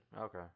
Okay